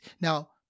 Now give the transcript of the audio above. Now